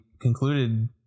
concluded